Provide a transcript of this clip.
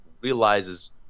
realizes